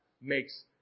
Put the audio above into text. makes